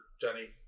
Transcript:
Jenny